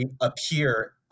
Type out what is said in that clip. appear